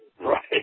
Right